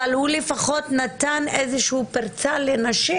אבל הוא לפחות נתן איזושהי פרצה לנשים